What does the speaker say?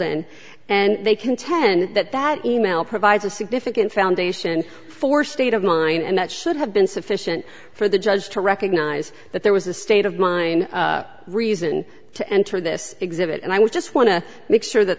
holden and they contend that that e mail provides a significant foundation for state of mind and that should have been sufficient for the judge to recognize that there was a state of mind reason to enter this exhibit and i would just want to make sure that